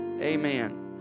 amen